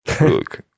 Look